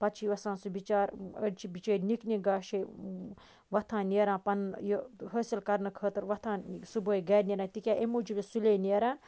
پَتہٕ چھ وسان سُہ بِچار أڑۍ چھِ بِچٲرۍ نِک نِک گاشے وۄتھان نیران پَنُن یہِ حٲصل کَرنہٕ خٲطرٕ وۄتھان صُبحٲے گَرٕ نیران تکیاہ امہِ موٗجُب یہِ سُلے نیران